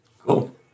cool